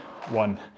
one